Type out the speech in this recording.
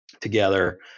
together